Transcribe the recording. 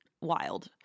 wild